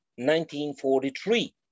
1943